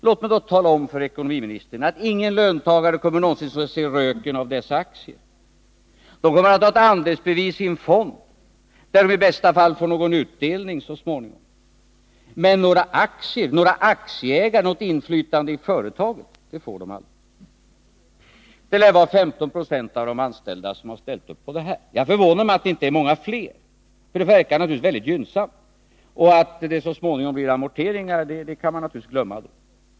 Låt mig tala om för ekonomiministern att ingen löntagare kommer någonsin att få se röken av dessa aktier. De kommer att ha ett andelsbevis i en fond, där de i bästa fall får någon utdelning så småningom. Något aktieägande, något inflytande i företaget får de aldrig. Det lär vara 15 96 av de anställda som har ställt upp på det här. Det förvånar mig att det inte är många fler, för det verkar naturligtvis mycket gynnsamt — och att det så småningom måste bli amorteringar kan man naturligtvis glömma.